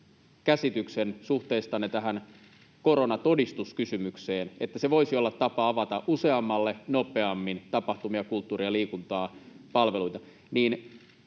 käsityksen suhteestanne tähän koronatodistuskysymykseen, niin että se voisi olla tapa avata useammalle nopeammin tapahtumia sekä muita kulttuuri- ja liikuntapalveluita,